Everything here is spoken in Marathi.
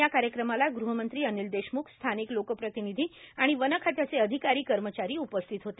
या कार्यक्रमाला गृहमंत्री अनिल देशम्खस्थानिक लोकप्रतिनीधी आणि वनखात्याचे अधिकारी कर्मचारी उपस्थित होते